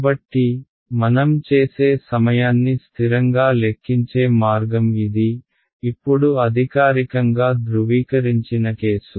కాబట్టి మనం చేసే సమయాన్ని స్థిరంగా లెక్కించే మార్గం ఇది ఇప్పుడు అధికారికంగా ధృవీకరించిన కేసు